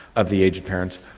of the aged parents,